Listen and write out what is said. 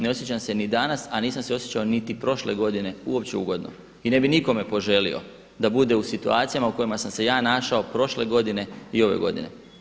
Ne osjećam se ni danas a nisam se osjećao niti prošle godine uopće ugodno i ne bih nikome poželio da bude u situacijama u kojima sam se ja našao prošle godine i ove godine.